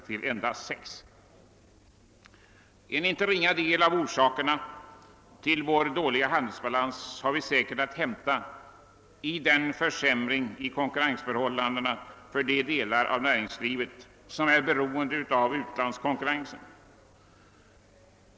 Till inte ringa del kan säkert orsakerna till vår dåliga handelsbalans sökas i försämringen av konkurrensförhållandena för de delar av näringslivet som är beroende av utlandskonkurrensen.